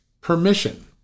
permission